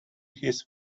his